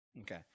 Okay